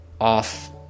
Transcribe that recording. off